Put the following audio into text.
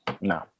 No